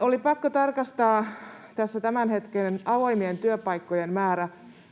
Oli pakko tarkistaa tämän hetken avoimien työpaikkojen määrä: